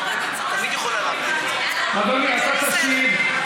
אדוני, אתה תשיב.